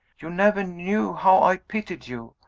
you never knew how i pitied you.